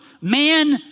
man